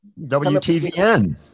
WTVN